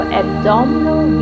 abdominal